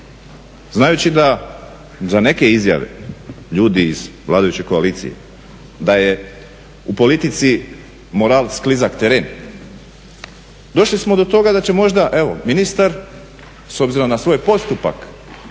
Znajući za neke izjave ljudi iz vladajuće koalicije da je u politici moral sklizak tren, došli smo do toga da će evo ministar s obzirom na svoj postupak,